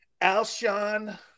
Alshon